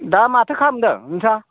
दा माथो खालामदों नोंथां